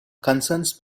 concerns